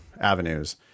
avenues